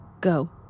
Go